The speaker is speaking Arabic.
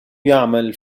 يعمل